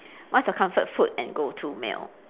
what's your comfort food and go-to meal